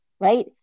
right